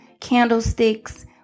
candlesticks